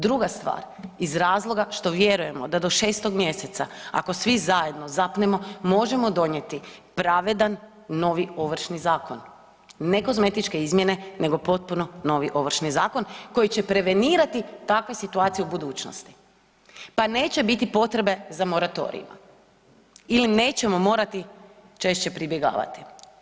Druga stvar iz razloga što vjerujemo da do 6. mjeseca ako svi zajedno zapnemo možemo donijeti pravedan novi Ovršni zakon, ne kozmetičke izmjene nego potpuno novi Ovršni zakon koji će prevenirati takve situacije u budućnosti pa neće biti potrebe za moratorijima ili nećemo morati češće pribjegavati.